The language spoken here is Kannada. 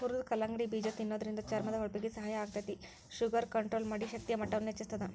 ಹುರದ ಕಲ್ಲಂಗಡಿ ಬೇಜ ತಿನ್ನೋದ್ರಿಂದ ಚರ್ಮದ ಹೊಳಪಿಗೆ ಸಹಾಯ ಆಗ್ತೇತಿ, ಶುಗರ್ ಕಂಟ್ರೋಲ್ ಮಾಡಿ, ಶಕ್ತಿಯ ಮಟ್ಟವನ್ನ ಹೆಚ್ಚಸ್ತದ